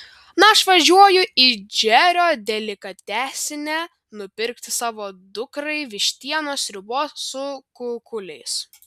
na aš važiuoju į džerio delikatesinę nupirkti savo dukrai vištienos sriubos su kukuliais